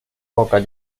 boca